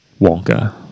Wonka